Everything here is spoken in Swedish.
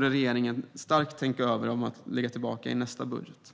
Regeringen borde starkt överväga att återinföra det i nästa budget.